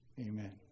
amen